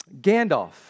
Gandalf